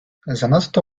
zanadto